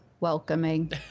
welcoming